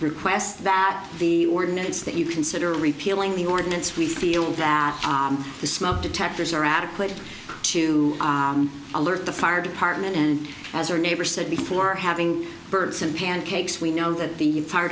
request that the ordinance that you consider repealing the ordinance we feel that the smoke detectors are adequate to alert the fire department and as our neighbor said before having birds and pancakes we know that the fire